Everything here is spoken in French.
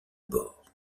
bord